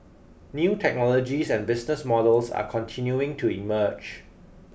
new technologies and business models are continuing to emerge